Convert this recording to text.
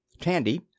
Tandy